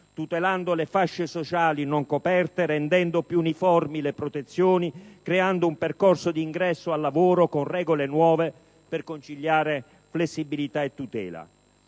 tutelando le fasce sociali non coperte, rendendo più uniformi le protezioni, creando un percorso di ingresso al lavoro con regole nuove, per conciliare flessibilità e tutela.